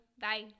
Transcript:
Bye